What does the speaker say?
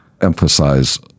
emphasize